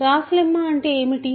gas లెమ్మ అంటే ఏమిటి